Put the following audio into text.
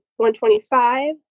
125